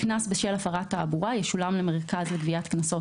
קנס בשל הפרת תעבורה ישולם למרכז לגביית קנסות,